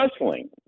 wrestling